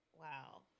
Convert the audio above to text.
wow